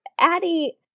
Addie